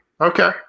okay